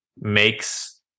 makes